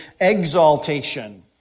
exaltation